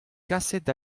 kaset